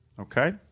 Okay